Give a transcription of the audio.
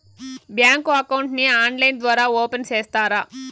Bank account ని online ద్వారా open సేస్తారా?